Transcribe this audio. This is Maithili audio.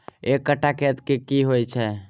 एक कट्ठा खेत की होइ छै?